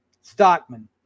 stockman